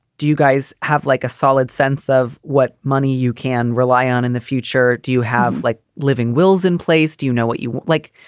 do you guys have like a solid sense of what money you can rely on in the future? do you have like living wills in place? do you know what you like?